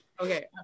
Okay